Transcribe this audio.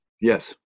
yes